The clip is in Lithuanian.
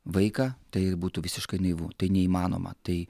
vaiką tai būtų visiškai naivu tai neįmanoma tai